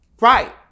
Right